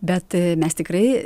bet mes tikrai